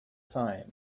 time